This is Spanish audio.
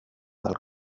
del